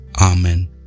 Amen